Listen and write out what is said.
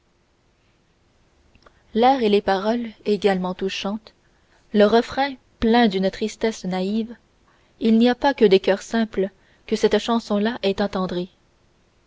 l'air et les paroles également touchantes le refrain plein d'une tristesse naïve il n'y a pas que des coeurs simples que cette chanson là ait